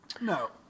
No